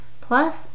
Plus